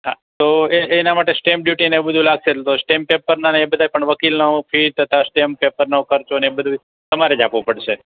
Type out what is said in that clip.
હા તો એ એના માટે સ્ટેમ્પ ડયુટીને એવું બધું લાગશે તો સ્ટેમ્પ પેપરના ને એ બધાંય પણ વકીલનું ફી તથા સ્ટેમ્પ પેપરનો ખર્ચો એ બધુંય તમારે જ આપવું પડશે